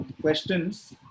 questions